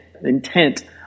intent